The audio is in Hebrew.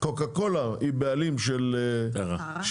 קוקה קולה היא בעלים של טרה,